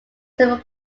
several